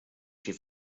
syn